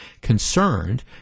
concerned